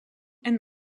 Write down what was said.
and